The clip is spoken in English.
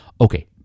Okay